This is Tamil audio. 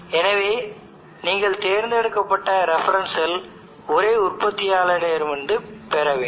எனவே நீங்கள் தேர்ந்தெடுத்த ரெஃபரன்ஸ் செல் ஒரே உற்பத்தியாளர் இடமிருந்து பெறவேண்டும்